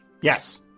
Yes